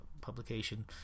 publication